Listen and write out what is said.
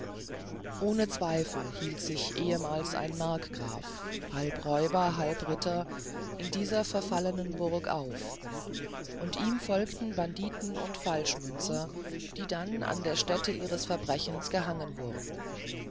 ohne zweifel hielt sich ehemals ein markgraf halb räuber halb ritter in dieser verfallenen burg auf und ihm folgten banditen und falschmünzer die dann an der stätte ihres verbrechens gehangen wurden